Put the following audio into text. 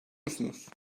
musunuz